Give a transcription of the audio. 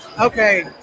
okay